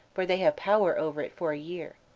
for they have power over it for a year.